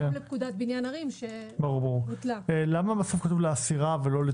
הסעיף כולל הפניות לדברי חקיקה שבוטלו, ולכן עדכנו